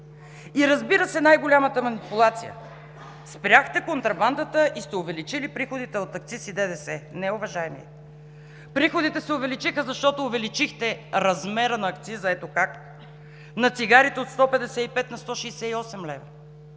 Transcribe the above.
И разбира се, най-голямата манипулация: спряхте контрабандата и сте увеличили приходите от акциз и ДДС. Не, уважаеми, приходите се увеличиха, защото увеличихте размера на акциза. Ето как: на цигарите от 155 на 168 лв.;